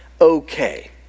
okay